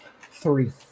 Three